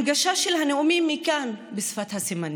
הנגשה של הנאומים מכאן בשפת הסימנים,